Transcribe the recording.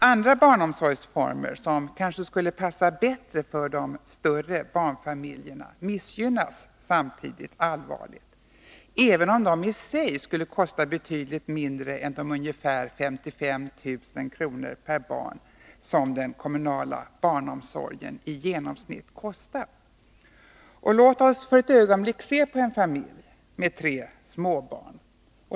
Andra barnomsorgsformer som kanske skulle passa bättre för de större barnfamiljerna missgynnas samtidigt allvarligt, även om de i sig skulle kosta betydligt mindre än de ca 55 000 kr. per barn som den kommunala barnomsorgen i genomsnitt kostar. Låt oss för ett ögonblick se på en familj med tre småbarn.